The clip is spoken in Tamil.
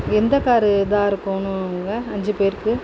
எந்த கார் இதாக இருக்கனுங்க அஞ்சு பேருக்கு